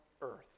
earth